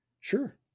Sure